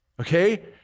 okay